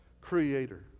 creator